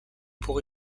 pour